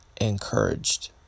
encouraged